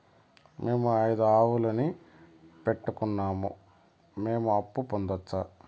మేము ఐదు ఆవులని పెట్టుకున్నాం, మేము అప్పు పొందొచ్చా